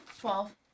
Twelve